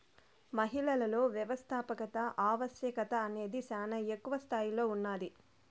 మహిళలలో వ్యవస్థాపకత ఆవశ్యకత అనేది శానా ఎక్కువ స్తాయిలో ఉన్నాది